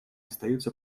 остаются